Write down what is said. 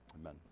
Amen